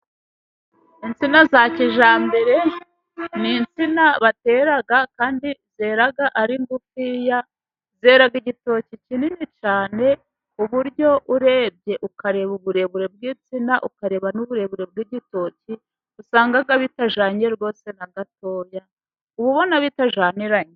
Insina za kijyambere ni insina batera kandi zera ari ngufiya, zera igitoki kinini cyane ku buryo urebye, ukareba uburebure bw'insina, ukareba n'uburebure bw'igitoki usanga bitajyanye rwose na gatoya, uba ubona bitajyaniranye.